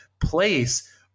place